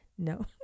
no